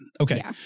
Okay